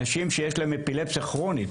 אנשים שיש להם אפילפסיה כרונית,